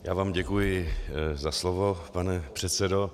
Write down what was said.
Já vám děkuji za slovo, pane předsedo.